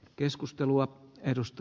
arvoisa puhemies